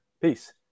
Peace